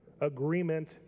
agreement